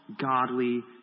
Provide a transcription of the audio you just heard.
godly